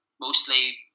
mostly